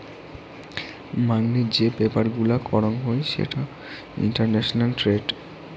মাংনি যে ব্যাপার গুলা করং হই সেটা ইন্টারন্যাশনাল ট্রেড